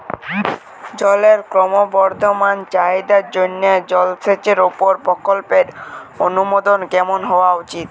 জলের ক্রমবর্ধমান চাহিদার জন্য জলসেচের উপর প্রকল্পের অনুমোদন কেমন হওয়া উচিৎ?